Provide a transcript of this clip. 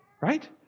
right